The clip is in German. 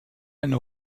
eine